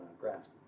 grasp